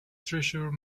treasure